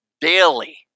daily